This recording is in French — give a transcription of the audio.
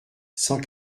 cent